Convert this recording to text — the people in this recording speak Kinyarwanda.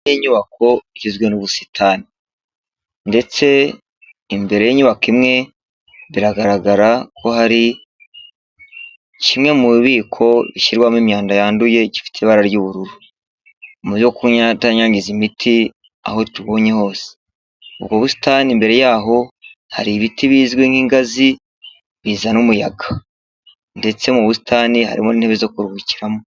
Iyi nyubako igizwe n'ubusitani, ndetse imbere y'inyubako imwe biragaragara ko hari kimwe mu bubiko ishyirwamo imyanda yanduye gifite ibara ry'ubururu muryo bwo kunyatanyangiza imiti aho tubonye hose, mu busitani mbere yaho hari ibiti bizwi nk'ingazi bizana umuyaga ndetse mu busitani harimo n'inbe zo kuruhukiramo.